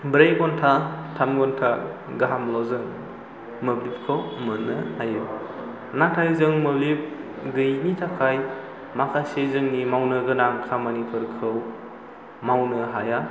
ब्रै घन्टा थाम घन्टा गाहामल' जों मोब्लिबखौ मोननो हायो नाथाय जों मोब्लिब गैयैनि थाखाय माखासे जोंनि मावनो गोनां खामानिफोरखौ मावनो हाया